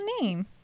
name